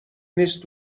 نیست